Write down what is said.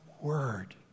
word